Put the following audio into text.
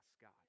God